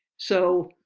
so,